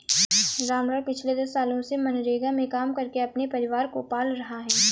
रामलाल पिछले दस सालों से मनरेगा में काम करके अपने परिवार को पाल रहा है